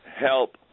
help